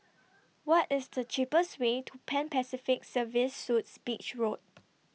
What IS The cheapest Way to Pan Pacific Serviced Suites Beach Road